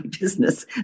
business